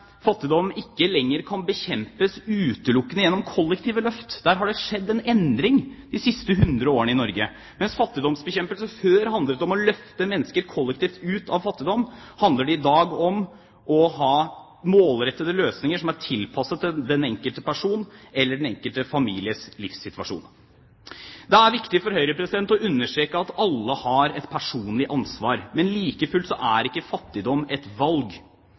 ikke lenger kan bekjempes utelukkende gjennom kollektive løft. Der har det skjedd en endring de siste hundre årene i Norge. Mens fattigdomsbekjempelse før handlet om å løfte mennesker kollektivt ut av fattigdom, handler det i dag om å ha målrettede løsninger som er tilpasset den enkelte person eller den enkelte families livssituasjon. Det er viktig for Høyre å understreke at alle har et personlig ansvar. Like fullt er ikke fattigdom et valg.